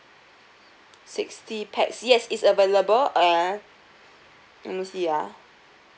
sixty pax yes it's available uh let me see ah